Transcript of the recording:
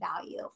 value